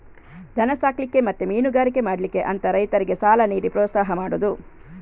ದನ ಸಾಕ್ಲಿಕ್ಕೆ ಮತ್ತೆ ಮೀನುಗಾರಿಕೆ ಮಾಡ್ಲಿಕ್ಕೆ ಅಂತ ರೈತರಿಗೆ ಸಾಲ ನೀಡಿ ಪ್ರೋತ್ಸಾಹ ಮಾಡುದು